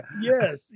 Yes